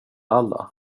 alla